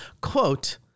Quote